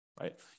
right